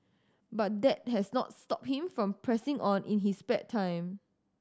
but that has not stopped him from pressing on in his spare time